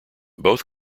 both